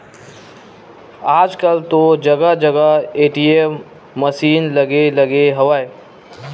आजकल तो जगा जगा ए.टी.एम मसीन लगे लगे हवय